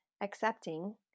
accepting